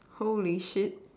holy shit